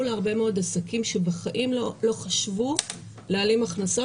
להרבה מאוד עסקים שבחיים לא חשבו להעלים הכנסות,